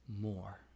More